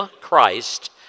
Christ